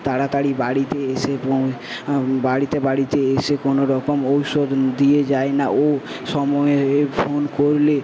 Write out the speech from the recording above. তাড়াতাড়ি বাড়িতে এসে পৌ বাড়িতে বাড়িতে এসে কোনো রকম ঔষধ দিয়ে যায় না ও সময়ে ফোন করলে